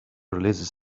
releases